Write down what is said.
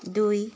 দুই